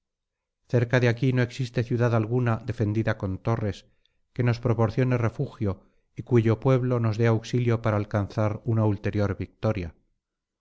cerca de aquí no existe ciudad alguna defendida con torres que nos proporcione refugio y cuyo pueblo nos dé auxilio para alcanzar una ulterior victoria